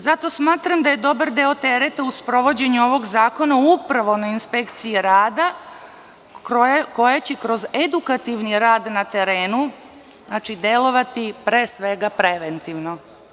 Zato smatram da je dobar deo tereta u sprovođenju novog zakona upravo na inspekciji rada, koja će kroz edukativni rad na terenu delovati, pre svega, preventivno.